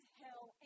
hell